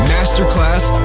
Masterclass